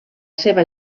seva